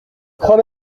crois